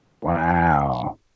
Wow